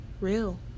real